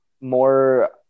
more